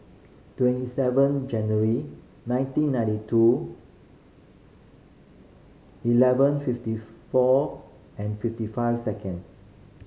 twenty seven January nineteen ninety two eleven fifty four and fifty five seconds